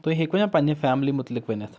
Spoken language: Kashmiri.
تُہۍ ہیٚکوٕ مےٚ پَنٕنہِ فَیملِی مُتعلِق ؤنِتھ